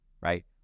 right